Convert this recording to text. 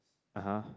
(uh huh)